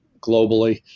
globally